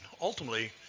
ultimately